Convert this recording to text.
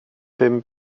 ddim